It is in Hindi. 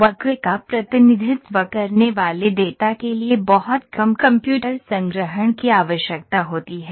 वक्र का प्रतिनिधित्व करने वाले डेटा के लिए बहुत कम कंप्यूटर संग्रहण की आवश्यकता होती है